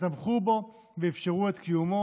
שתמכו בו ואפשרו את קיומו.